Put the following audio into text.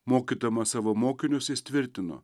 mokydamas savo mokinius jis tvirtino